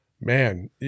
man